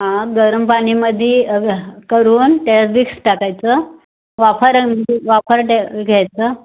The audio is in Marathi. हां गरम पाणीमध्ये करून त्यात विक्स टाकायचं वाफारा म्हणजे वाफारा द्या घ्यायचा